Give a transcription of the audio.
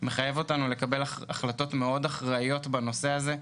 מחייב אותנו לקבל החלטות אחראיות מאוד בנושא הזה.